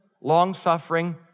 long-suffering